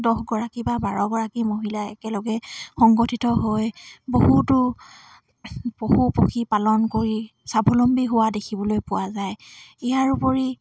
দহগৰাকী বা বাৰগৰাকী মহিলাই একেলগে সংগঠিত হৈ বহুতো পশু পক্ষী পালন কৰি স্বাৱলম্বী হোৱা দেখিবলৈ পোৱা যায় ইয়াৰ উপৰি